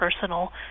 personal